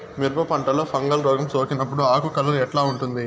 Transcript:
మిరప పంటలో ఫంగల్ రోగం సోకినప్పుడు ఆకు కలర్ ఎట్లా ఉంటుంది?